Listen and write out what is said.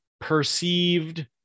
Perceived